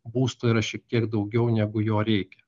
būsto yra šiek tiek daugiau negu jo reikia